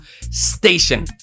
station